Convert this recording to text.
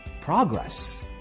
progress